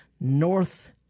North